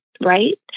right